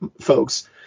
folks